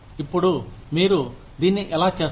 ఇప్పుడు మీరు దీనిని ఎలా చేస్తారు